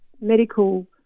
medical